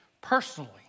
personally